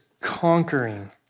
conquering